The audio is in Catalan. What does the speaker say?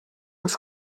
ens